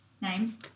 Names